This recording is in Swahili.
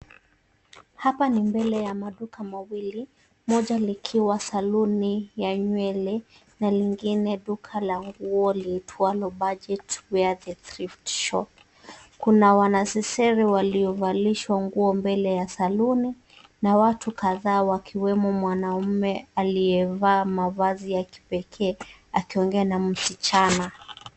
Hapa ni mbele ya maduka mawili, moja likiwa saluni ya nywele na lingine duka la nguo liitwalo Budget Wear The Thrift Shop. Kuna wanasesere waliovalishwa nguo mbele ya saluni na watu kadhaa wakiwemo mwanaume aliyevaa mavazi ya kipekee akiongea na msichana.